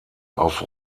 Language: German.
auf